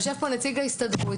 יושב פה נציג ההסתדרות.